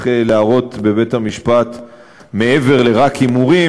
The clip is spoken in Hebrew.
להראות בבית-המשפט משהו מעבר לרק הימורים,